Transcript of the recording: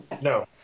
No